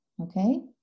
okay